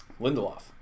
Lindelof